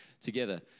together